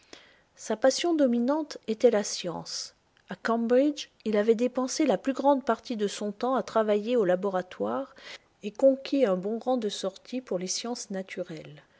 sa passion dominante était la science a cambridge il avait dépensé la plus grande partie de son temps à travailler au laboratoire et conquis un bon rang de sortie pour les sciences naturelles